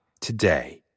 today